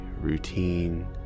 routine